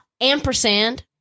ampersand